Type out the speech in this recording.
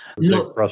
No